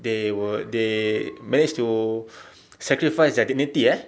they would they manage to sacrifice their dignity eh